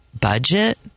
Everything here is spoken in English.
budget